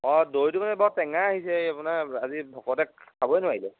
অঁ দৈটো মানে বৰ টেঙা আহিছে এই আপোনাৰ আজি ভকতে খাবই নোৱাৰিলে